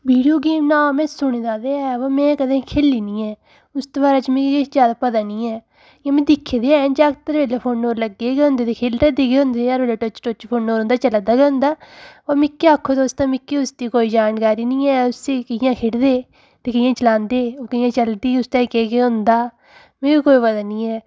video game नांऽ में सुने दा ते ऐ में कदें खेली नी ऐ उसदे बारे च मिगी किश ज्यादा पता नी ऐ इ'यां में दिक्खे ते हैन जागत फोनै पर लग्गे ते होंदे न ते खेलै दे गै होंदे ऐ टुच टुच फोन पर उं'दा चला दा गै होंदा होर मिगी आक्खो तुस ते मिकी उसदी जानकारी नी ऐ उसी कियां खेढदे ते कि'यां चलांदे ओह् कियां चलदी उस ताहीं केह् केह् होंदा मि कोई पता नी ऐ